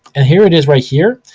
and here it is right here.